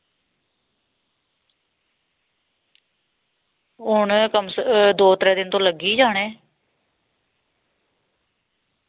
उनें दौ त्रै दिन लग्गी जाने